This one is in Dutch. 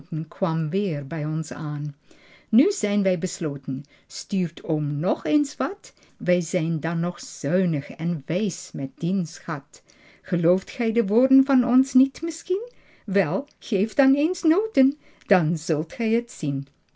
kwam weer bij ons aan nu zijn wij besloten stuurt oom nog eens wat wij zijn dan wat zuinig en wijs met dien schat gelooft gij die woorden van ons niet misschien wel geef dan eens noten dan zult gij het zien